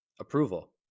Approval